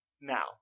Now